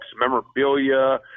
memorabilia